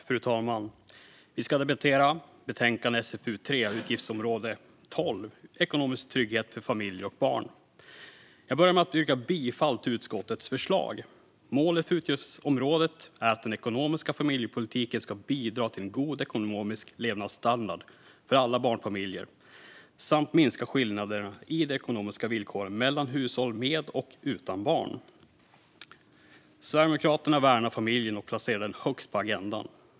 Fru talman! Vi ska nu debattera betänkande SfU3, Utgiftsområde 12 Ekonomisk trygghet för familjer och barn . Jag börjar med att yrka bifall till utskottets förslag. Målet för utgiftsområdet är att den ekonomiska familjepolitiken ska bidra till en god ekonomisk levnadsstandard för alla barnfamiljer samt minska skillnaderna i de ekonomiska villkoren mellan hushåll med och utan barn. Sverigedemokraterna värnar familjen och placerar den högt på agendan.